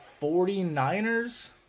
49ers